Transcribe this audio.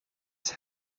this